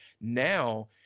Now